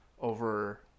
over